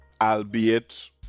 Albeit